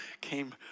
came